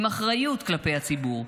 עם אחריות כלפי הציבור,